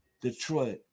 Detroit